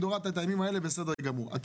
בסדר גמור,